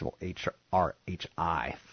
H-R-H-I